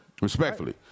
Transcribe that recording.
Respectfully